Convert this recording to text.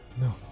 No